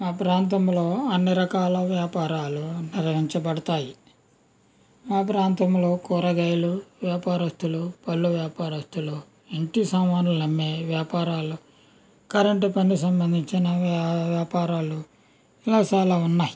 మా ప్రాంతంలో అన్ని రకాల వ్యాపారాలు నిర్వహించబడతాయి మా ప్రాంతంలో కూరగాయలు వ్యాపారస్తులు పళ్ళు వ్యాపారస్తులు ఇంటి సామానులు అమ్మే వ్యాపారాలు కరెంటు పనికి సంబంధించిన వ్యా వ్యాపారాలు ఇలా చాలా ఉన్నాయి